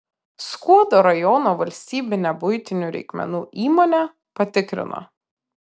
skuodo rajono valstybinę buitinių reikmenų įmonę patikrino